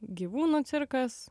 gyvūnų cirkas